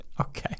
Okay